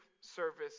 service